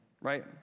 right